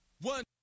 one